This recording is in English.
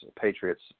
Patriots